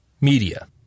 Media